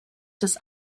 des